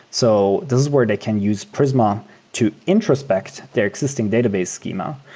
so this is where they can use prisma to introspect their existing database schema.